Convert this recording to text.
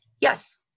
yes